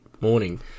morning